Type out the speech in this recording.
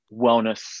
wellness